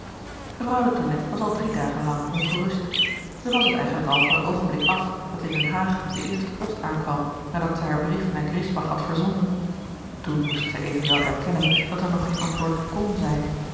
mevrouw de tonnette was al drie dagen lang ongerust zij was het eigenlijk al van het oogenblik af dat in den haag de eerste post aankwam nadat zij haar brief naar griesbach had verzonden toen moest zij evenwel erkennen gerard keller het testament van mevrouw de tonnette dat er nog geen antwoord kon zijn